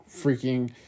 Freaking